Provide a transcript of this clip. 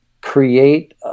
create